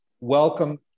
welcome